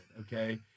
Okay